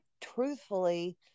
truthfully